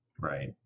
Right